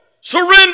surrender